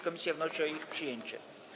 Komisja wnosi o ich przyjęcie.